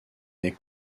est